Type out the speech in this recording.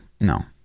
no